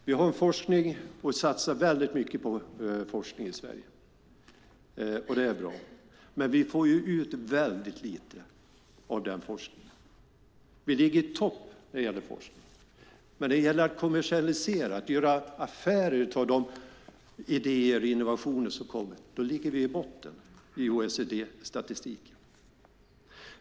Vi satsar mycket på forskning i Sverige, och det är bra. Men vi får ut väldigt lite av den forskningen. Vi ligger i topp när det gäller forskning. Men när det gäller att kommersialisera, att göra affärer av de idéer och innovationer som finns, ligger vi i botten i OECD-statistik.